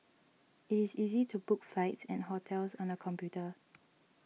it is easy to book flights and hotels on the computer